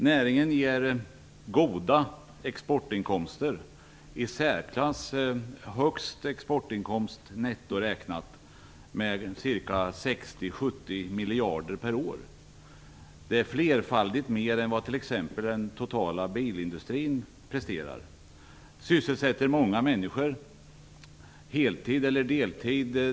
Näringen ger goda exportinkomster - i särklass högst exportinkomst netto räknat - med 60-70 miljarder per år. Det är flerfaldigt mer än vad t.ex. den totala bilindustrin presterar. Skogsnäringen sysselsätter många människor, heltid eller deltid.